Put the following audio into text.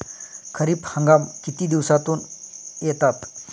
खरीप हंगाम किती दिवसातून येतात?